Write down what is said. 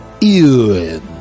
Ewan